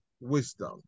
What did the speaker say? wisdom